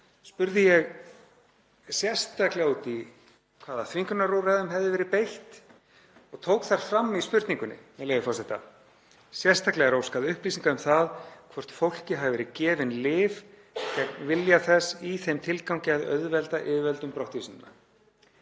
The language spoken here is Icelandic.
spurði ég sérstaklega út í hvaða þvingunarúrræðum hefði verið beitt og tók fram í spurningunni, með leyfi forseta: „Sérstaklega er óskað upplýsinga um það hvort fólki hafi verið gefin lyf gegn vilja þess í þeim tilgangi að auðvelda yfirvöldum brottvísunina.“